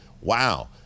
wow